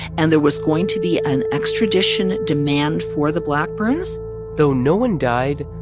and there was going to be an extradition demand for the blackburns though no one died,